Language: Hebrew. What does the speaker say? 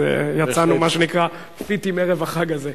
אז יצאנו, מה שנקרא "פיטים", ערב החג הזה.